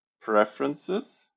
preferences